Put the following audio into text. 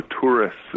Tourists